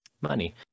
money